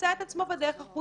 ימצא את עצמו בדרך החוצה,